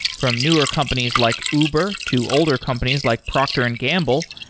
from newer companies like uber, to older companies like procter and gamble.